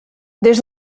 des